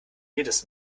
jedes